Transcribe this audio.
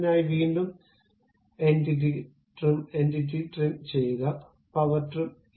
അതിനായി വീണ്ടും എന്റിറ്റികൾ ട്രിം ചെയ്യുക പവർ ട്രിം